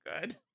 good